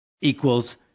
equals